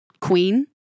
queen